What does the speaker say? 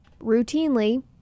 routinely